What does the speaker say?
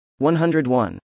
101